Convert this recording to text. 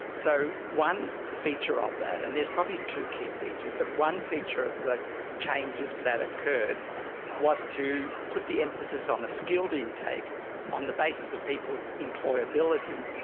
so one feature of that, and there are probably two key features, but one feature of the changes that occurred was to put the emphasis on the skilled intake on the basis of people's employability,